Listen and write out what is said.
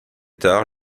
tard